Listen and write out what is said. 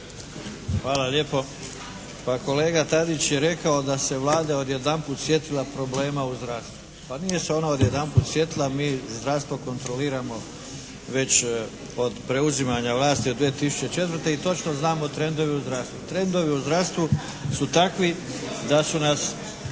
Hvala lijepo. Pa kolega Tadić je rekao da se Vlada odjedanput sjetila problema u zdravstvu. Pa nije se ona odjedanput sjetila. Mi zdravstvo kontroliramo već od preuzimanja vlasti od 2004. i točno znamo trendovi u zdravstvu. Trendovi u zdravstvu su takvi da su nas